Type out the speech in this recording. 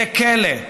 זה כלא.